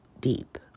deep